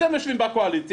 אתם יושבים בקואליציה,